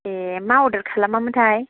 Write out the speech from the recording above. ए मा अरदार खालामामोनथाय